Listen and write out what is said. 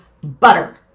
butter